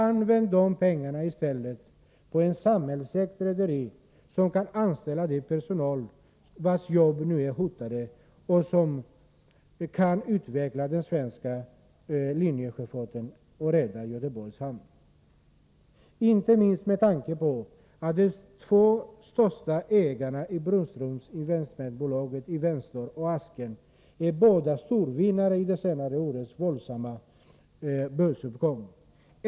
Använd i stället de pengarna på ett samhällsägt rederi, som kan anställa den personal vars arbeten nu är hotade och som kan utveckla den svenska linjesjöfarten och rädda Göteborgs hamn! De två största ägarna i Broströms, investmentbolagen Investor och Asken, är båda storvinnare i de senaste årens våldsamma börsuppgång.